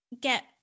get